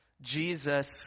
Jesus